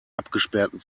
abgesperrten